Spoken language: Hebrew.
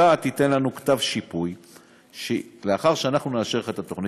אתה תיתן לנו כתב שיפוי לאחר שאנחנו נאשר לך את התוכנית,